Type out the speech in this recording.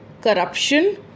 corruption